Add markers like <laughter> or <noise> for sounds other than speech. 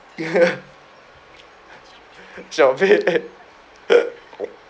<laughs> shopping <laughs>